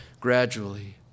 gradually